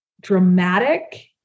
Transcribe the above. dramatic